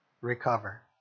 recover